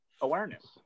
awareness